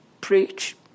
preach